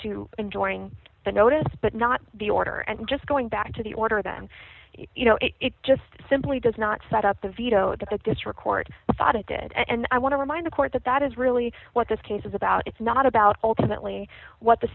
to enjoying the notice but not the order and just going back to the order that you know it just simply does not set up the veto that this record thought it did and i want to remind the court that that is really what this case is about it's not about ultimately what the